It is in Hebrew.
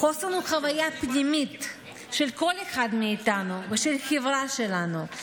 חוסן הוא חוויה פנימית של כל אחד מאיתנו ושל החברה שלנו.